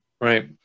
Right